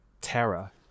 Terra